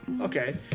Okay